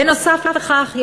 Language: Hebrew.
בנוסף לכך,